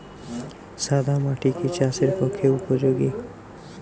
সাদা মাটি কি চাষের পক্ষে উপযোগী?